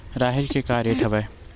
राहेर के का रेट हवय?